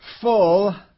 Full